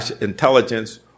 intelligence